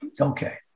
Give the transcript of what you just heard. okay